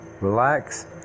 relax